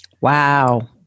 Wow